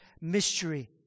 mystery